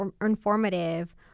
informative